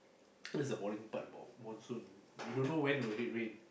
that's the boring part about monsoon you don't know when will it rain